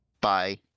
Bye